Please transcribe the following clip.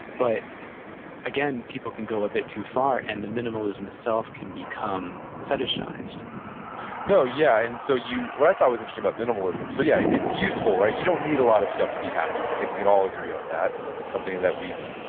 but again, people can go a bit too far, and the minimalism itself can become fetishized no, yeah, and so you, what i thought was interesting about minimalism, so yeah, it's useful, right? you don't need a lot of stuff to be happy. i think we can all agree on that. that's something that we've,